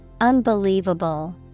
Unbelievable